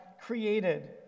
created